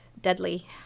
deadly